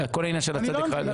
אה, זה לא הולך לפי הסדר?